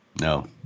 No